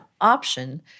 option